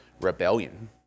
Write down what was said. rebellion